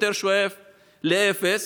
יותר שואף לאפס.